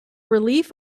relief